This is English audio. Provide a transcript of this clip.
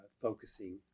focusing